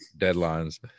Deadlines